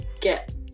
get